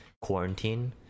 quarantine